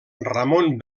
ramon